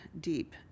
deep